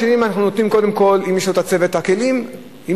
אנחנו שואלים קודם כול אם יש לו ארגז הכלים ללמוד.